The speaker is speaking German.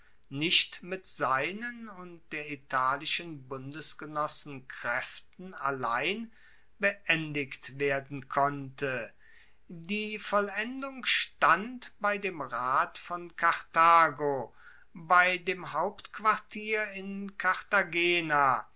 nicht mit seinen und der italischen bundesgenossen kraeften allein beendigt werden konnte die vollendung stand bei dem rat von karthago bei dem hauptquartier in